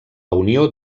unió